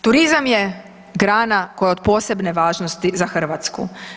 Turizam je grana koja je od posebne važnosti za Hrvatsku.